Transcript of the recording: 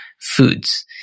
foods